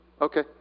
Okay